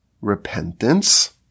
repentance